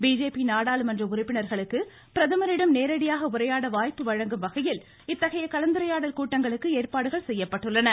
BJP நாடாளுமன்ற உறுப்பினர்களுக்கு பிரதமரிடம் நேரடியாக உரையாட வாய்ப்பு வழங்கும் வகையில் இத்தகைய கலந்துரையாடல் கூட்டங்களுக்கு ஏற்பாடுகள் செய்யப்பட்டுள்ளன